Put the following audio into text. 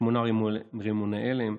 שמונה רימוני הלם,